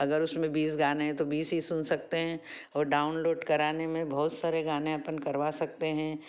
अगर उसमें बीस गाने हैं तो बीस ही सुन सकते हैं और डाउनलोड कराने में बहुत सारे गाने अपन करवा सकते हैं